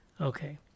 Okay